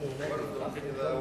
לכן זכיתי לשמוע